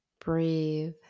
breathe